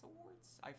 Awards